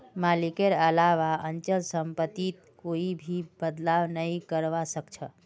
मालिकेर अलावा अचल सम्पत्तित कोई भी बदलाव नइ करवा सख छ